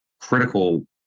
critical